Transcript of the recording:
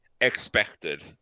Expected